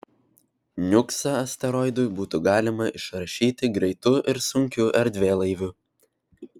niuksą asteroidui būtų galima išrašyti greitu ir sunkiu erdvėlaiviu